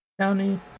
County